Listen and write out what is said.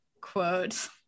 quote